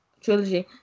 trilogy